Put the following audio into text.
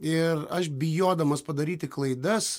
ir aš bijodamas padaryti klaidas